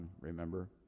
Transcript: remember